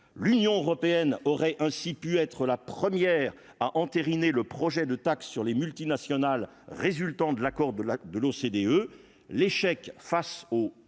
l'Union européenne aurait ainsi pu être la première a entériné le projet de taxe sur les multinationales résultant de l'accord de la, de l'OCDE, l'échec face au